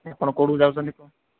ନାହିଁ ଆପଣ କେଉଁଠିକୁ ଯାଉଛନ୍ତି